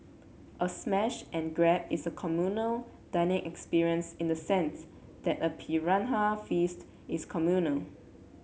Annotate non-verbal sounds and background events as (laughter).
a smash and grab is a (unintelligible) dining experience in the sense that a piranha feast is communal